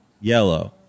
Yellow